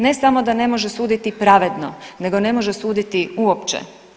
Ne samo da ne može suditi pravedno, nego ne može suditi uopće.